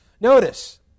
Notice